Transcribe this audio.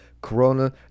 corona